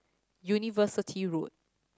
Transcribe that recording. University Road